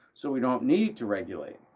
so we don't need to regulate,